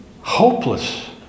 Hopeless